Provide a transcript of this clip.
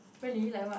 really like what